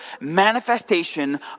manifestation